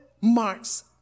marks